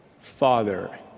Father